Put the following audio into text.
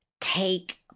take